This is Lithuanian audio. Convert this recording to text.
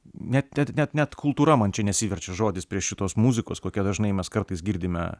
net net net net kultūra man čia nesiverčia žodis prie šitos muzikos kokią dažnai mes kartais girdime